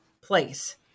place